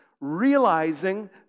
realizing